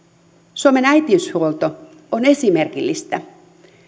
suomen äitiyshuolto on esimerkillistä